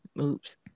Oops